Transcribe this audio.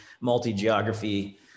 multi-geography